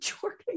jordan